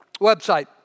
website